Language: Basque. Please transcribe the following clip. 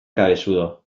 cabezudo